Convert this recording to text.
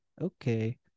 okay